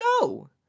No